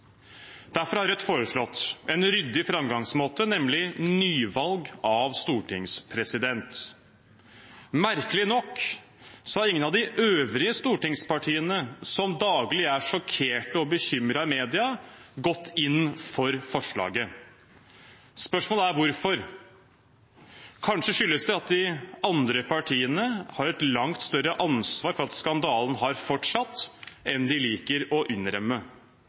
Derfor har Rødt foreslått en ryddig framgangsmåte, nemlig nyvalg av stortingspresident. Merkelig nok har ingen av de øvrige stortingspartiene, som daglig er sjokkert og bekymret i media, gått inn for forslaget. Spørsmålet er hvorfor. Kanskje skyldes det at de andre partiene har et langt større ansvar for at skandalen har fortsatt enn de liker å innrømme.